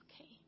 okay